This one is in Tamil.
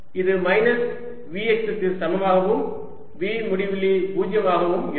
இது மைனஸ் V x க்கு சமமாகவும் V முடிவிலி 0 ஆகவும் இருக்கும்